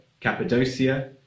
Cappadocia